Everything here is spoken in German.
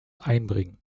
einbringen